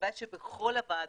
הלוואי שבכל הוועדות